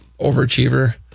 Overachiever